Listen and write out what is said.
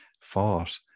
fought